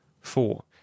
four